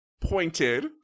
pointed